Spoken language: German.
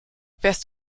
wärst